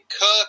Cook